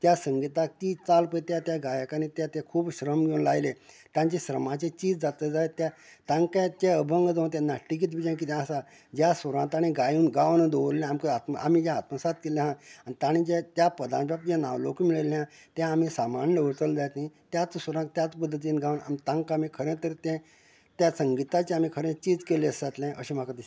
त्या संगिताक ती चाल पळय त्या त्या गायकांनी तें तें खूब श्रम घेवन लायलें तांची श्रमाची चीज जाता जायत त्या तांका जे अंभग जावं तें नाट्यगीत तुमचें किदें आसा ज्या सुरांत ताणें गायन गावन दवरल्लें आमकां आमी जें आत्मसाद केल्ले आहा आनी ताणे जे त्या पदां बाबतीन नावलोक मेळयल्ले तें आमी सांबाळून दवरतलें जायत न्ही त्याच सुरांत त्याच पद्दतीन गावन तांकां आमी खरेंच तर तें त्या संगिताचे आमी खरें चीज केल्ले अशें जातलें अशें म्हाका दिसतां